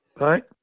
right